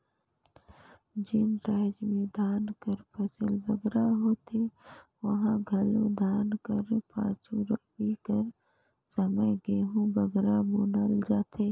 जेन राएज में धान कर फसिल बगरा होथे उहां घलो धान कर पाछू रबी कर समे गहूँ बगरा बुनल जाथे